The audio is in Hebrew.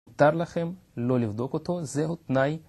מותר לכם לא לבדוק אותו, זהו תנאי...